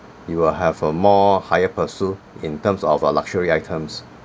you will have a more higher pursuit in terms of uh luxury items